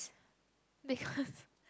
beacause